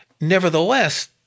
Nevertheless